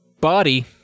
Body